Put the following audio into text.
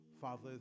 Father